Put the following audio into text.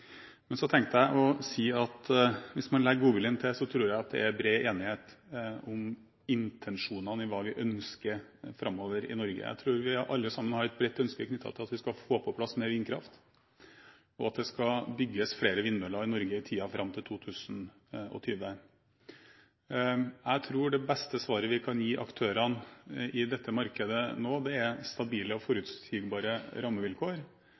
Men jeg tenkte å si at hvis man legger godviljen til, tror jeg det er bred enighet om intensjonene i hva man ønsker framover for Norge. Jeg tror vi har alle et bredt ønske knyttet til å få plass mer vindkraft, og at det skal bygges flere vindmøller i Norge i tiden fram til 2020. Jeg tror det beste svaret vi kan gi aktørene i dette markedet er stabile og forutsigbare rammevilkår,